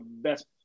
best